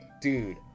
dude